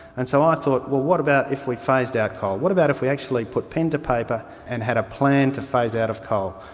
and so i thought, what what about if we phased out coal, what about if we actually put pen to paper and had a plan to phase out of coal?